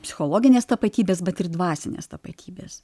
psichologinės tapatybės bet ir dvasinės tapatybės